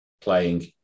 playing